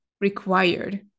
required